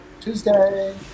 Tuesday